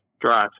drive